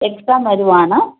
exam വരികയാണ്